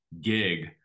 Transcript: gig